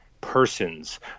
persons